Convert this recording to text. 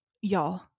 y'all